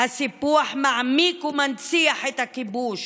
הסיפוח מעמיק ומנציח את הכיבוש,